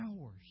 hours